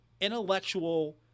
intellectual